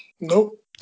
Nope